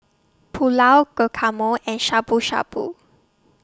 Pulao Guacamole and Shabu Shabu